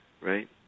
right